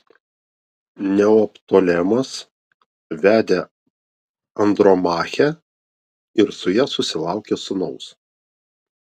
neoptolemas vedė andromachę ir su ja susilaukė sūnaus